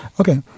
Okay